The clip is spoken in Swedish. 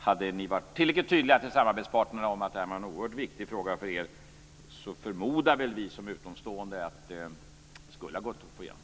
Hade ni varit tillräckligt tydliga mot samarbetspartnerna om att det här var en oerhört viktig fråga för er, förmodar väl vi utomstående att det här skulle ha gått att få igenom.